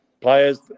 players